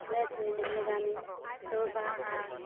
ᱫᱚᱥ ᱢᱤᱱᱤᱴ ᱨᱮ ᱜᱟᱱᱤᱧ ᱫᱩᱲᱩᱵᱼᱟ ᱟᱨ